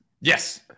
Yes